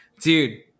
Dude